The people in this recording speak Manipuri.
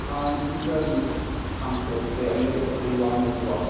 ꯍꯥꯟꯅꯒꯤꯗꯨꯗ ꯑꯗꯨꯝ ꯁꯥꯡꯗꯣꯛꯁꯦ ꯑꯅꯤꯔꯛꯇꯗꯤ ꯋꯥꯅꯦꯕꯀꯣ